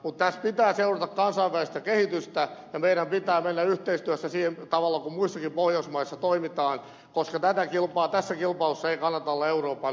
mutta tässä pitää seurata kansainvälistä kehitystä ja meidän pitää mennä yhteistyössä sillä tavalla kuin muissakin pohjoismaissa toimitaan koska tässä kilpailussa ei kannata olla euroopan ykkönen